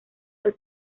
que